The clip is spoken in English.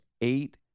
eight